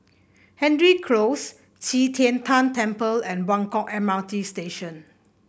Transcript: Hendry Close Qi Tian Tan Temple and Buangkok M R T Station